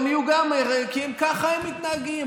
כי ככה הם מתנהגים.